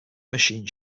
machine